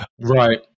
Right